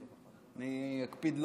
אני אקפיד לא להישען עליו.